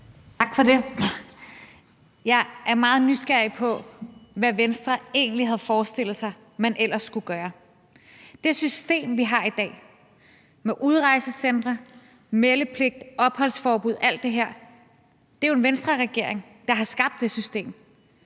Tak for det. Jeg er meget nysgerrig på, hvad Venstre egentlig havde forestillet sig man ellers skulle gøre. Det system, vi har i dag, med udrejsecentre, meldepligt, opholdsforbud – alt det her – er jo skabt af en Venstreregering. Så jeg vil gerne